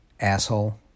asshole